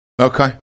Okay